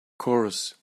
course